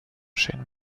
chêne